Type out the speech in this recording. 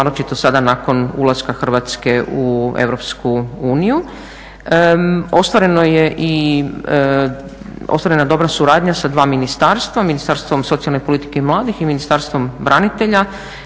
naročito sada nakon ulaska Hrvatske u EU. Ostvarena je i dobra suradnja sa dva ministarstva – Ministarstvom socijalne politike i mladih i Ministarstvom branitelja